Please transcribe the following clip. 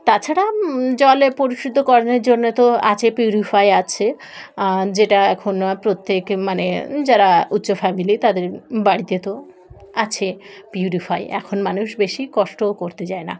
তাছাড়া জলে পরিশুদ্ধ করণের জন্যে তো আছে পিউরিফায়ার আছে যেটা এখন প্রত্যেক মানে যারা উচ্চ ফ্যামিলি তাদের বাড়িতে তো আছে পিউরিফায়ার এখন মানুষ বেশি কষ্টও করতে যায় না